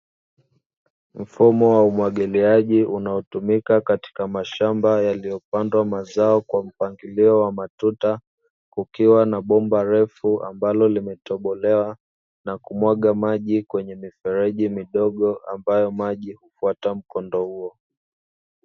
Mfumo wa umwagiliaji unaotumika katika mashamba yaliyopandwa mazao kwa mpangilio wa matuta, kukiwa na bomba refu ambalo limetobolewa na kumwaga maji kwenye mifereji midogo ambayo maji hufuata mkondo huo.